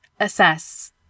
assess